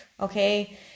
okay